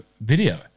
video